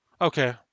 Okay